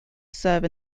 serve